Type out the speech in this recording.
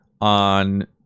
on